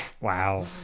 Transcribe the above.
wow